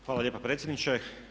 Hvala lijepa predsjedniče.